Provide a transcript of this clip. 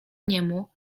niemu